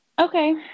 Okay